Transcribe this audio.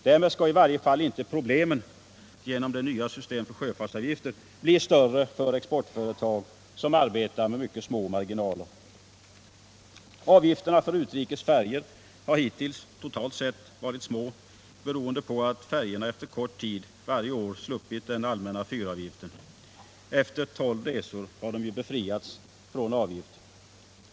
Därmed skall i varje fall inte problemen genom CL detta nya system för sjöfartsavgifter — bli större för exportföretag som Nytt system för de arbetar med mycket små marginaler. statliga sjöfartsav Avgifterna för utrikes färjor har hittills totalt sett varit små, beroende = gifterna på att färjorna efter kort tid varje år sluppit den allmänna fyravgiften. Efter tolv resor har de befriats från avgift.